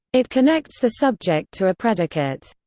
it connects the subject to a predicate.